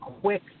quick